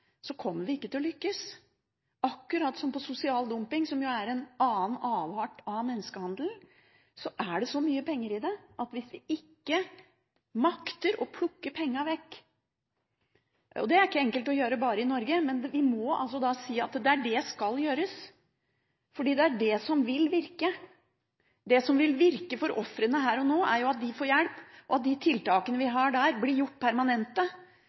så mye penger i det at vi ikke lykkes hvis vi ikke makter å plukke pengene vekk. Det er ikke enkelt å gjøre bare i Norge, men vi må si at det skal gjøres, for det er det som vil virke. Det som vil virke for ofrene her og nå, er at de får hjelp, og at de tiltakene vi har på området, blir gjort permanente